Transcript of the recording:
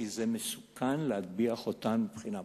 כי זה מסוכן להטביע חותם מבחינה פוליטית,